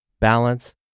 balance